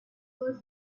was